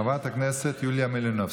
חברת הכנסת יוליה מלינובסקי.